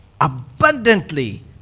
abundantly